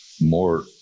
More